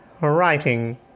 writing